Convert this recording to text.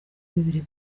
bibiri